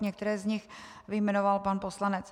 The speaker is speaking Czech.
Některé z nich vyjmenoval pan poslanec.